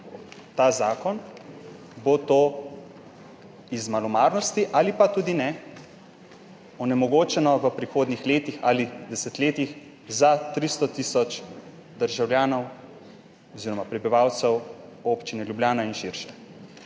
ta zakon bo to iz malomarnosti ali pa tudi ne onemogočeno v prihodnjih letih ali desetletjih za 300 tisoč državljanov oziroma prebivalcev Občine Ljubljana in širše.